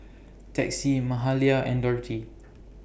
Texie Mahalia and Dorthey